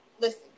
listen